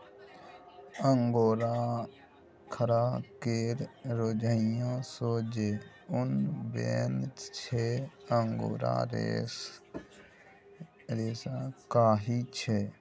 angora खरहा केर रुइयाँ सँ जे उन बनै छै अंगोरा रेशा कहाइ छै